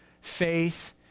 faith